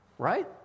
Right